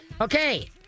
Okay